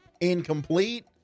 incomplete